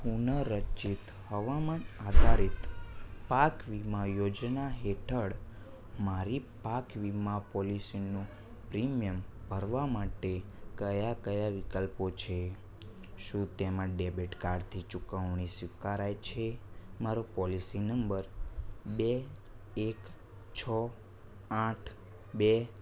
પુનઃરચિત હવામાન આધારિત પાક વીમા યોજના હેઠળ મારી પાક વીમા પોલિસીનું પ્રીમિયમ ભરવા માટે કયા કયા વિકલ્પો છે શું તેમાં ડેબેટ કાર્ડથી ચૂકવણી સ્વીકારાય છે મારો પોલિસી નંબર બે એક છ આઠ બે